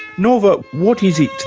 norva, what is it